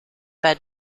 pas